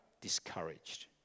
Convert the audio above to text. discouraged